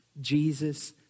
Jesus